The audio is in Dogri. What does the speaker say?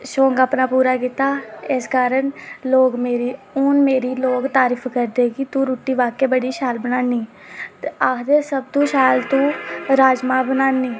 शौक अपना पूरा कीता ते इस कारण लोक मेरी हून लोग मेरी तारीफ करदे कि तू रुट्टी वाकई बड़ी शैल बनान्नी ते आखदे कि सबतूं शैल तू राजमांह् बनान्नी